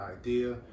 idea